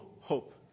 hope